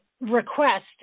request